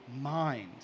mind